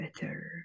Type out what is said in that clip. better